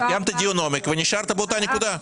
4". קיימת דיון עומק ונשארת באותה נקודה.